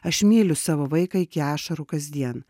aš myliu savo vaiką iki ašarų kasdien